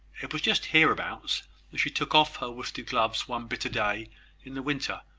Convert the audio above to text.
it was just hereabouts that she took off her worsted gloves, one bitter day in the winter,